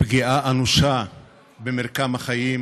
פגיעה אנושה במרקם החיים,